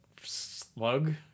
slug